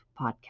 podcast